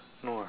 no ah